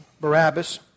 Barabbas